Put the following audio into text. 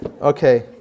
Okay